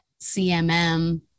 CMM